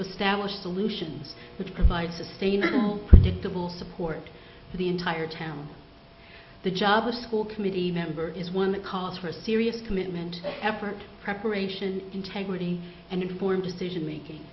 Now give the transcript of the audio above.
establish solutions that provide sustained predictable support for the entire town the job the school committee member is one that calls for serious commitment effort preparation integrity and informed decision making